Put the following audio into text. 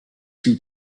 two